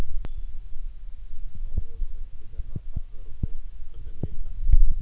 माझ्या व्यवसायासाठी दरमहा पाच हजार रुपये कर्ज मिळेल का?